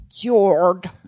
cured